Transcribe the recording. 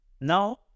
now